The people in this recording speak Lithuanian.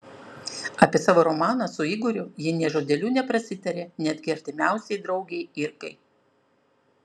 apie savo romaną su igoriu ji nė žodeliu neprasitarė netgi artimiausiai draugei irkai